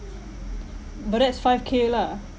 but that's five K lah